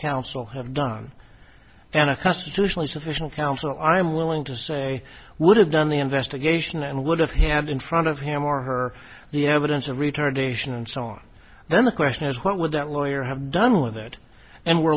counsel have done and a constitutional professional counsel i'm willing to say would have done the investigation and would have had in front of him or her the evidence of retardation and so on then the question is what would that lawyer have done with it and